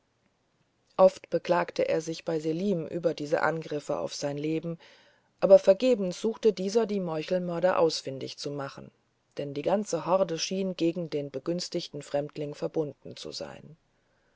oft beklagte er sich bei selim über diese angriffe auf sein leben aber vergebens suchte dieser die meuchelmörder ausfindig zu machen denn die ganze horde schien gegen den begünstigten fremdling verbunden zu sein